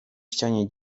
ścianie